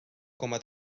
coma